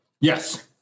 Yes